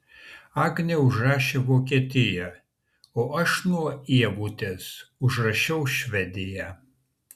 agnė užrašė vokietiją o aš nuo ievutės užrašiau švediją